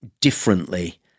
differently